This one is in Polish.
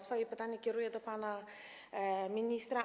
Swoje pytanie kieruję do pana ministra.